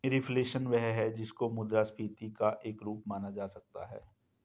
reflation वह है जिसको मुद्रास्फीति का एक रूप माना जा सकता है